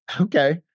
Okay